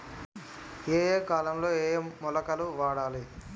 ఏయే కాలంలో ఏయే మొలకలు వాడాలి?